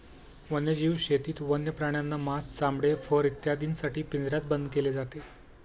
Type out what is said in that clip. वन्यजीव शेतीत वन्य प्राण्यांना मांस, चामडे, फर इत्यादींसाठी पिंजऱ्यात बंद केले जाते